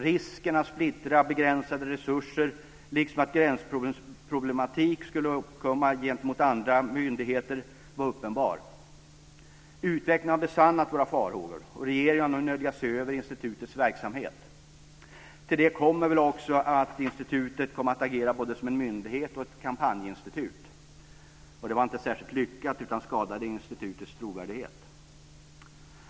Risken att splittra begränsade resurser liksom att gränsdragningsproblematik skulle uppkomma gentemot andra myndigheter var uppenbar. Utvecklingen har besannat våra farhågor, och regeringen har nu nödgats se över institutets verksamhet. Till det kommer väl också att institutet kom att agera både som en myndighet och ett kampanjinstitut. Det var inte särskilt nyttigt, utan det skadade institutets trovärdighet.